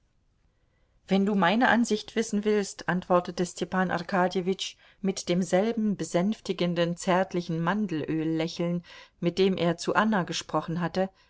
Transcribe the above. wenn du meine ansicht wissen willst antwortete stepan arkadjewitsch mit demselben besänftigenden zärtlichen mandelöl lächeln mit dem er zu anna gesprochen hatte